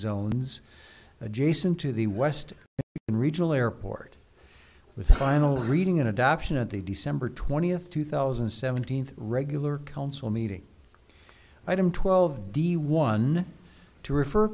zones adjacent to the west and regional airport with a final reading in adoption at the december twentieth two thousand seventeenth regular council meeting item twelve d one to refer